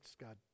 God